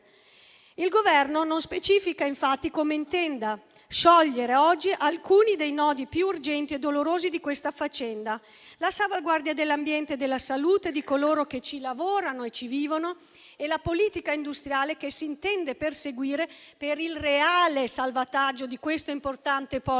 Il Governo non specifica, infatti, come intenda sciogliere oggi alcuni dei nodi più urgenti e dolorosi di questa faccenda: la salvaguardia dell'ambiente e della salute di coloro che ci lavorano e ci vivono e la politica industriale che si intende perseguire per il reale salvataggio di questo importante polo